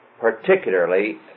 particularly